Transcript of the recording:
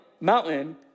mountain